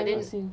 I never see